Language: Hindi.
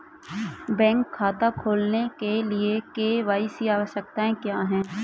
बैंक खाता खोलने के लिए के.वाई.सी आवश्यकताएं क्या हैं?